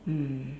mm